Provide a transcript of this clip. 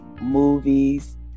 movies